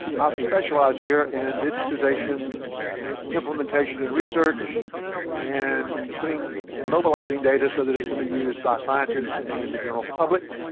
i've specialized here in digitization implementation and research and putting in mobilizing data so that it can be used by scientists and general public.